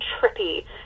trippy